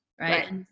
Right